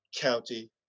County